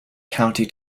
county